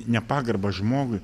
nepagarbą žmogui